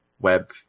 web